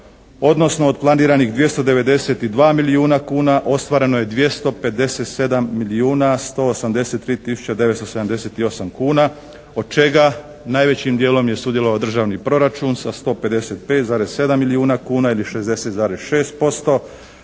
Odnosno od planiranih 292 milijuna kuna ostvareno je 257 milijuna 183 tisuće 978 kuna od čega najvećim dijelom je sudjelovao Državni proračun sa 155,7 milijuna kuna ili 60,6%.